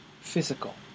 physical